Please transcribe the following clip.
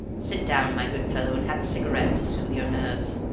sit down, my good fellow, and have a cigarette to soothe your nerves.